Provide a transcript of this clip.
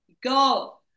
go